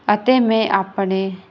ਅਤੇ ਮੈਂ ਆਪਣੇ